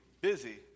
busy